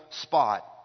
spot